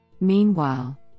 Meanwhile